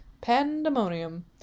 pandemonium